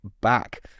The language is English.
back